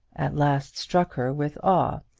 at last struck her with awe,